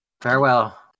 Farewell